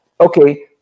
okay